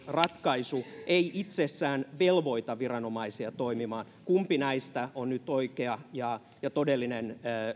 ratkaisu ei itsessään velvoita viranomaisia toimimaan kumpi näistä on nyt oikea ja ja todellinen